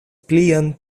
plian